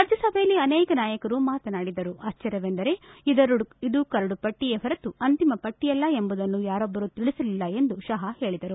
ರಾಜ್ಜಸಭೆಯಲ್ಲಿ ಅನೇಕ ನಾಯಕರು ಮಾತನಾಡಿದರು ಆಕ್ವರ್ವವೆಂದರೆ ಇದು ಕರಡು ಪಟ್ಟಿಯೇ ಹೊರತು ಅಂತಿಮ ಪಟ್ಟಿಯಲ್ಲ ಎಂಬುದನ್ನು ಯಾರೊಬ್ಬರು ತಿಳಿಸಲಿಲ್ಲ ಎಂದು ಷಾ ಹೇಳಿದರು